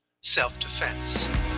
self-defense